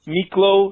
Miklo